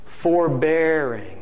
forbearing